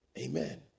Amen